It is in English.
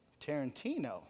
Tarantino